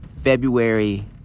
February